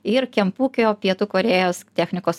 ir kempukio pietų korėjos technikos